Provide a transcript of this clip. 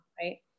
Right